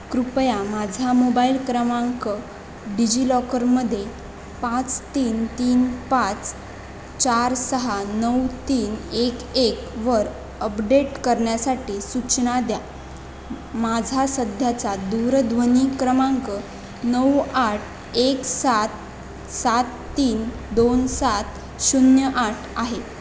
कृपया माझा मोबाईल क्रमांक डिजि लॉकरमध्ये पाच तीन तीन पाच चार सहा नऊ तीन एक एक वर अपडेट करण्यासाठी सूचना द्या माझा सध्याचा दूरध्वनी क्रमांक नऊ आठ एक सात सात तीन दोन सात शून्य आठ आहे